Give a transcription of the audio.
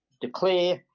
declare